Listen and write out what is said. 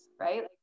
right